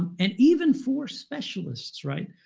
and even for specialists, right?